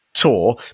tour